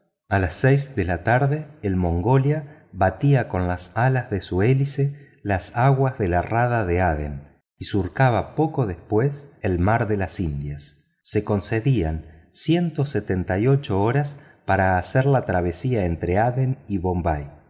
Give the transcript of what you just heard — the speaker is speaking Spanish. a las seis de la tarde el mongolia batía con las alas de su hélice las aguas de la rada de adén y surcaba poco después el mar de las indias se concedían ciento sesenta y ocho horas para hacer la travesía entre adén y bombay